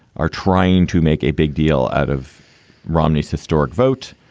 are trying to make a big deal out of romney's historic vote.